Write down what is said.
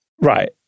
Right